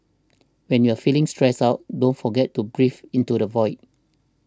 when you are feeling stressed out don't forget to breathe into the void